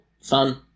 Fun